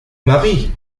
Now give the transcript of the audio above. mari